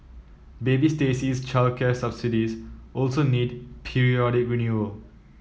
baby Stacey's childcare subsidies also need periodic renewal